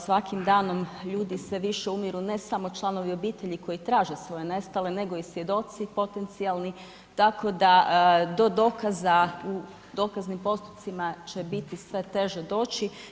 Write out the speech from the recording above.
Svakim danom ljudi sve više umiru, ne samo članovi obitelji koji traže svoje nestale, nego i svjedoci potencijalni, tako da do dokaza u dokaznim postupcima će biti sve teže doći.